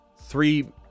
three